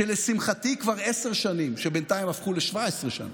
שלשמחתי, כבר עשר שנים, שבינתיים הפכו ל-17 שנה,